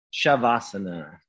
Shavasana